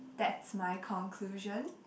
that's my conclusion